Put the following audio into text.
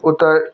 उता